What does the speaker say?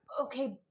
Okay